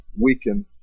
weaken